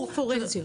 ראיות פורנזיות.